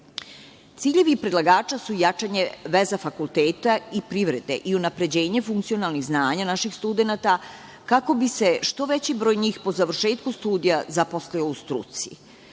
predlagača su jačanje veza fakulteta i privrede, i unapređenja funkcionalnih znanja naših studenata kako bi se što veći broj njih po završetku studija zaposlio u struci.